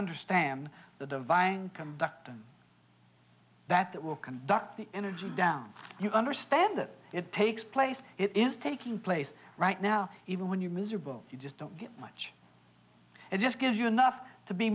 understand the divine conduct and that that will conduct the energies down you understand that it takes place it is taking place right now even when you miserable you just don't get much it just gives you enough to be